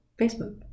Facebook